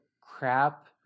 crap